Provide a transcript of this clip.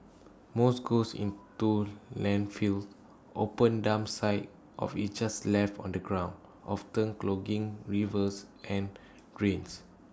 most goes into landfills open dump sites of IT just left on the ground often clogging rivers and drains